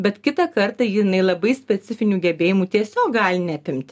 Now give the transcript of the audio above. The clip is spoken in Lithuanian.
bet kitą kartą jinai labai specifinių gebėjimų tiesiog gali neapimti